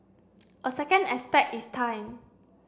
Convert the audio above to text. a second aspect is time